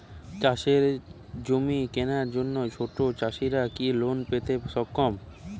চাষের জমি কেনার জন্য ছোট চাষীরা কি লোন পেতে সক্ষম?